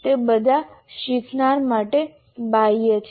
તે બધા શીખનાર માટે બાહ્ય છે